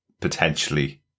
potentially